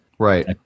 Right